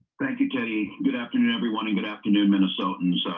thank you teddy. good afternoon everyone and good afternoon minnesotans.